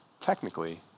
technically